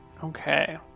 Okay